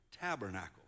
tabernacles